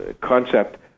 concept